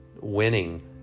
winning